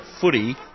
footy